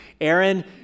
Aaron